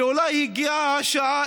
ואולי הגיעה השעה,